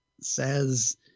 says